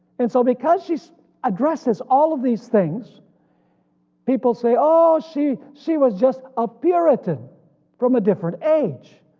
and so because she addresses all of these things people say, oh she she was just a puritan from a different age,